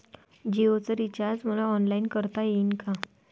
जीओच रिचार्ज मले ऑनलाईन करता येईन का?